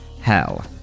hell